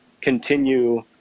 continue